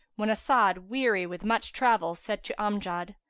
when as'ad, weary with much travel, said to amjad,